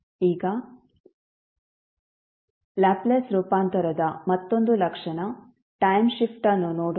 ಈಗ ಲ್ಯಾಪ್ಲೇಸ್ ರೂಪಾಂತರದ ಮತ್ತೊಂದು ಲಕ್ಷಣ ಟೈಮ್ ಶಿಫ್ಟ್ ಅನ್ನು ನೋಡೋಣ